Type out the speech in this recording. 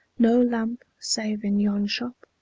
no lamp save in yon shop,